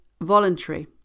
voluntary